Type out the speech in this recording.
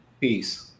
Peace